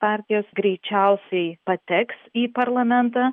partijos greičiausiai pateks į parlamentą